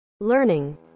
learning